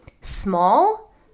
small